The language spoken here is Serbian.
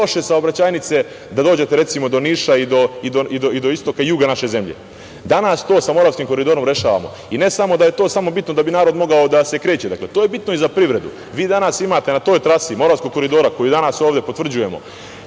da je to bitno samo da bi narod mogao da se kreće, to je bitno i za privredu. Vi danas imate na toj trasi Moravskog koridora koji danas ovde potvrđujemo,